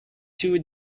two